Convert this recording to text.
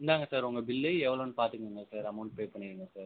இந்தாங்க சார் உங்கள் பில்லு எவ்வளோன்னு பார்த்துக்குங்க சார் அமௌன்ட் பே பண்ணிருங்க சார்